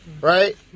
right